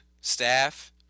staff